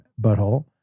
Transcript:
butthole